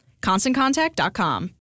ConstantContact.com